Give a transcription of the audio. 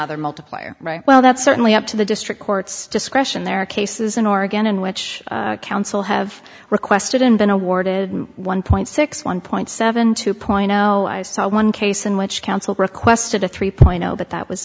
other multiplier right well that's certainly up to the district court's discretion there are cases in oregon in which counsel have requested and been awarded one point six one point seven two point zero i saw one case in which counsel requested a three point zero but that was